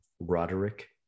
roderick